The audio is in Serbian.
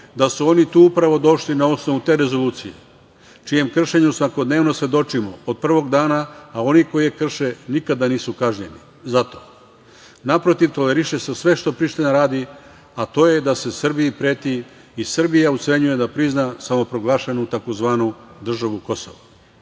da su oni tu upravo došli na osnovu te Rezolucije, čijem kršenju svakodnevno svedočimo od prvog dana, a oni koji je krše nikada nisu kažnjeni za to. Naprotiv, toleriše se sve što Priština radi, a to je da se Srbiji preti i Srbija ucenjuje da prizna samoproglašenu tzv. državu Kosovo.